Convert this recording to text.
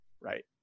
right